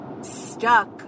Stuck